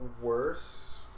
worse